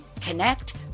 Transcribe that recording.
connect